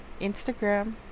Instagram